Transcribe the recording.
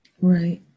Right